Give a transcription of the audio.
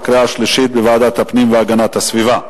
לוועדת הפנים והגנת הסביבה נתקבלה.